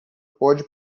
pode